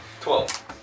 Twelve